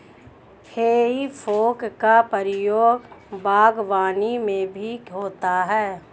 हेइ फोक का प्रयोग बागवानी में भी होता है